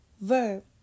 Verb